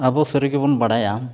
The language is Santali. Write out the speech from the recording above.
ᱟᱵᱚ ᱥᱟᱹᱨᱤᱜᱮᱵᱚᱱ ᱵᱟᱲᱟᱭᱟ